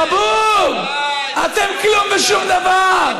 חבוב, אתם כלום בשום דבר.